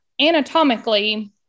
anatomically